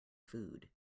food